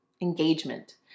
engagement